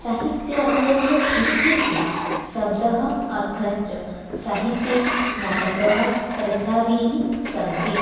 साहित्ययोः इत्युक्ते शब्दः अर्थश्च साहित्ये नाटकं रसादिः सन्ति